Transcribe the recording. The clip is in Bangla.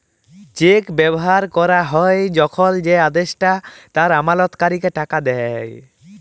চেক ব্যবহার ক্যরা হ্যয় যখল যে আদেষ্টা তার আমালতকারীকে টাকা দেয়